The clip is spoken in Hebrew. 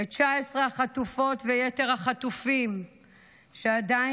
את 19 החטופות ויתר החטופים שעדיין